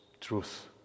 truth